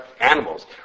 animals